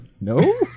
No